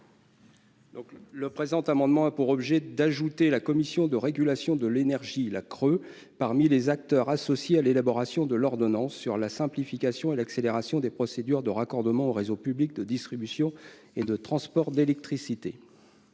économiques, a pour objet d'ajouter la Commission de régulation de l'énergie (CRE) à la liste des acteurs associés à l'élaboration de l'ordonnance sur la simplification et l'accélération des procédures de raccordement aux réseaux publics de distribution et de transport d'électricité.